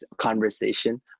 conversation